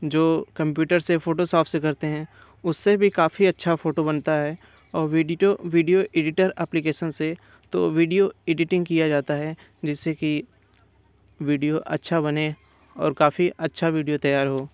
जो कम्प्यूटर से फोटोसॉप से करते हैं उससे भी काफ़ी अच्छा फ़ोटो बनता है और विडिटो विडियो एडिटर एप्लीकेशन से तो विडियो एडिटिंग किया जाता है जिससे कि वीडियो अच्छा बने और काफ़ी अच्छा वीडियो तैयार हो